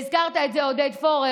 והזכרת את זה, עודד פורר.